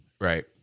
Right